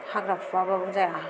हाग्रा फुआब्लाबो जाया